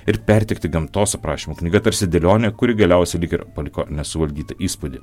ir perteikti gamtos aprašymų knyga tarsi dėlionė kuri galiausiai lyg ir paliko nesuvaldytą įspūdį